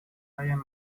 hayan